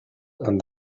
and